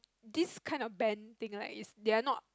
this kind of band thing like is they are not